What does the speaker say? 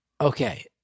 okay